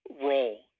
role